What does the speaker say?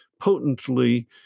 potently